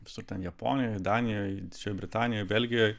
visur ten japonijoj danijoj didžiojoj britanijoj belgijoj